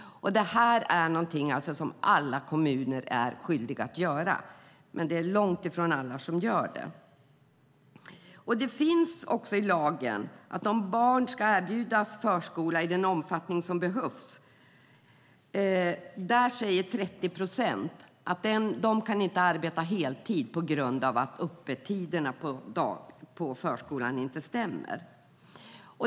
Det här är alltså någonting som alla kommuner är skyldiga att göra, men det är långt ifrån alla som gör det. Det finns också i lagen att barn ska erbjudas förskola i den omfattning som behövs. Där säger 30 procent att de inte kan arbeta heltid på grund av att öppettiderna på förskolan inte stämmer.